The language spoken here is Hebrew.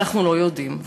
ואנחנו לא יודעים,